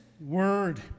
word